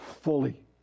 fully